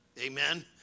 Amen